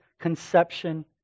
Conception